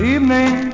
Evening